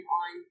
on